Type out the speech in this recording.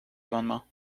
amendements